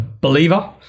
believer